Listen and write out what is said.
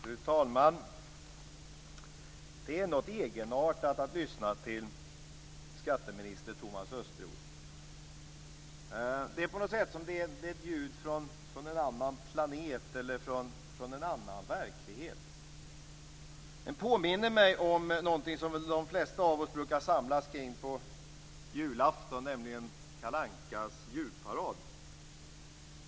Fru talman! Det är något egenartat att lyssna till skatteminister Thomas Östros. Det är på något sätt som om det vore ljud från en annan planet eller en annan verklighet. Det påminner mig om något som väl de flesta av oss brukar samlas kring på julafton, nämligen Kalle Ankas julparad.